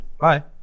bye